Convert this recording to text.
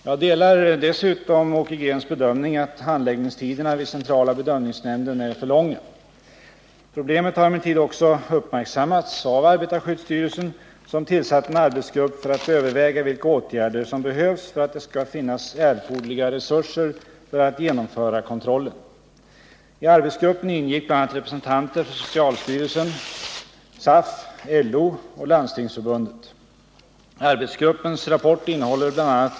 Jag delar dessutom Åke Greens bedömning att handläggningstiderna vid centrala bedömningsnämnden är för långa. Problemet har emellertid också uppmärksammats av arbetarskyddsstyrelsen som tillsatte en arbetsgrupp för att överväga vilka åtgärder man behöver vidtaga för att det skall finnas erforderliga resurser för ett genomförande av kontrollen. I arbetsgruppen ingick bl.a. representanter för socialstyrelsen, SAF, LO och Landstingsförbundet. Arbetsgruppens rapport innehåller bl.a.